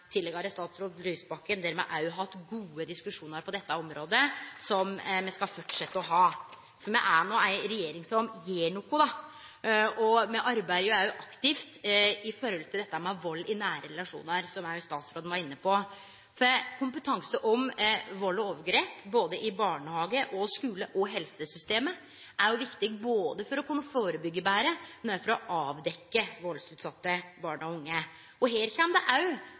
tidlegare statsråd Lysbakken, der me òg har hatt gode diskusjonar på dette området, og som me skal fortsetje å ha. Me har ei regjering som gjer noko! Me arbeider òg aktivt i forhold til dette med vald i nære relasjonar, som også statsråden var inne på. For kompetanse om vald og overgrep, både i barnehage og skule og i helsesystemet, er viktig, både for å kunne førebyggje betre og for å avdekkje valdsutsette barn og unge. Her kjem det